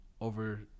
over